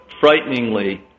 frighteningly